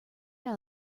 out